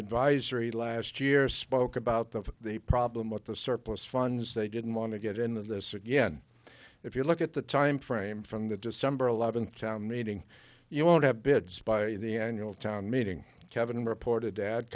advisory last year spoke about the of the problem with the surplus funds they didn't want to get into this again if you look at the timeframe from the december eleventh town meeting you won't have bids by the annual town meeting kevin reported dad